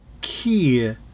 key